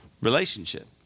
relationship